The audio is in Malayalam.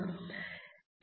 ടി